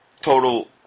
total